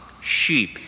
Sheep